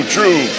True